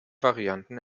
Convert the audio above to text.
varianten